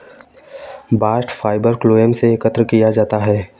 bast fibre phloem से एकत्र किया जाता है